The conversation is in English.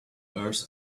earth